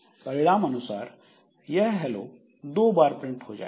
परिणाम अनुसार यह हेलो दो बार प्रिंट हो जाएगा